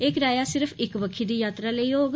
एह् किराया सिर्फ इक बक्खी दी यात्रा लेई होग